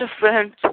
different